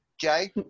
jay